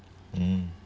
mm